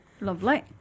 lovely